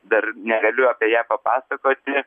dar negaliu apie ją papasakoti